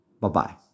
Bye-bye